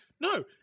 No